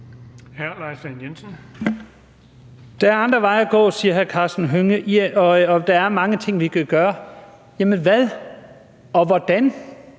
16:47 Leif Lahn Jensen (S): Der er andre veje at gå, siger hr. Karsten Hønge, og der er mange ting, vi kan gøre. Jamen hvad? Og hvordan?